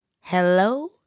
Hello